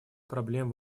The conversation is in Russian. проблем